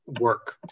work